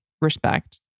respect